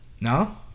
no